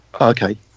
Okay